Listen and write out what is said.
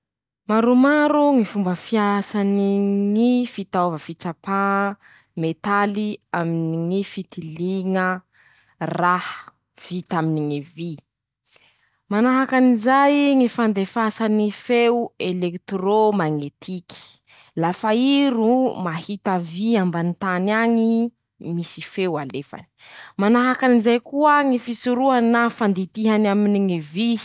<...>Maromaro ñy fomba fiasany ñy fitaova fitsàpa metaly aminy ñy fitiliña raha vita aminy ñy vy<ptoa>: -Manahaky anizay ñy fandefasany feo elekitirô mañetiky. lafa i ro mahita vy ambany tany añy. misy feo alefany ;manahaky anizay avao koa ñy fisoroha na fanditihany aminy ñy vy.